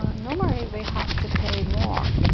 normally we have to pay more